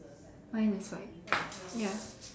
mine is white ya